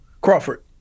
Crawford